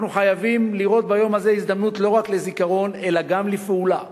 אנחנו חייבים לראות ביום הזה הזדמנות לא רק לזיכרון אלא גם לפעולה.